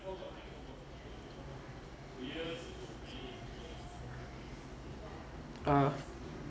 oh